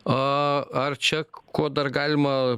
a ar čia kuo dar galima